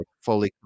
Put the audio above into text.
fully